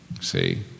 see